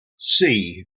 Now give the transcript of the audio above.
see